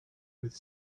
with